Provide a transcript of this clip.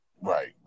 Right